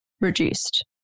reduced